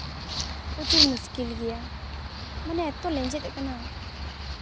ᱯᱨᱚᱪᱩᱨ ᱢᱩᱥᱠᱤᱞ ᱜᱮᱭᱟ ᱢᱟᱱᱮ ᱮᱛᱚ ᱞᱮᱸᱡᱮᱛ ᱠᱟᱱᱟ